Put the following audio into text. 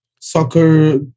Soccer